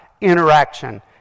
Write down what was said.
interaction